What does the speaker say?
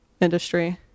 industry